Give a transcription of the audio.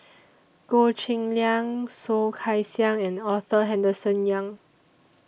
Goh Cheng Liang Soh Kay Siang and Arthur Henderson Young